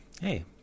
Hey